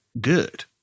good